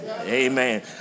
amen